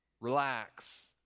relax